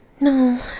No